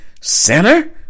sinner